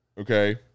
okay